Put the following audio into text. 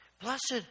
Blessed